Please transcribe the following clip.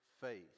faith